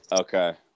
Okay